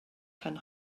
can